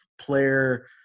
player